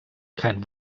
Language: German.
kein